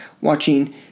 watching